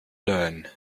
learn